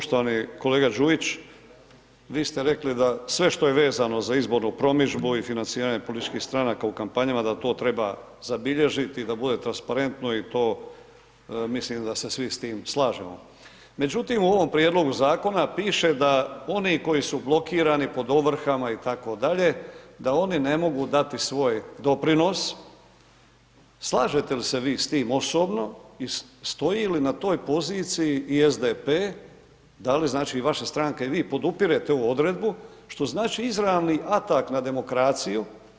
Poštovani kolega Đujić, vi ste rekli da sve što je vezano za izbornu promidžbu i financiranje političkih stranaka u kampanjama, da to treba zabilježiti da bude transparentno i to, mislim da se svi s tim slažemo, međutim u ovom Prijedlogu Zakona piše da oni koji su blokirani, pod ovrhama i tako dalje, da oni ne mogu dati svoj doprinos, slažete li se vi s tim osobno, i stoji li na toj poziciji i SDP, da li znači, i vaša stranka i vi podupirete ovu odredbu, što znači izravni atak na demokraciju.